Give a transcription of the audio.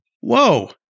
Whoa